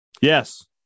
Yes